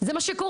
זה מה שקורה.